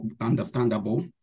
understandable